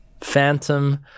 Phantom